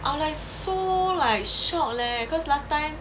I was like so like shocked leh cause last time